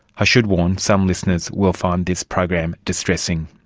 i should warn, some listeners will find this program distressing.